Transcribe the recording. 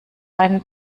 einen